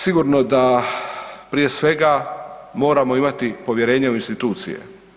Sigurno da prije svega moramo imati povjerenje u institucije.